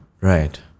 Right